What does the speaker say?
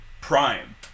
Prime